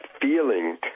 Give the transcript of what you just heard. feeling